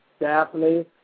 Daphne